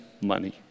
money